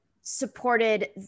supported